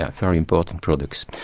ah very important products.